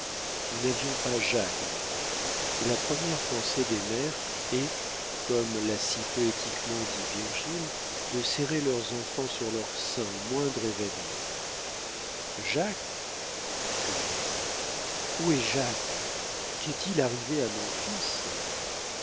nous n'avions pas jacques avec nous et la première pensée des mères est comme l'a si poétiquement dit virgile de serrer leurs enfants sur leur sein au moindre événement jacques cria-t-elle où est jacques qu'est-il arrivé à mon fils